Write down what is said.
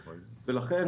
לכן,